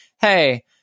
hey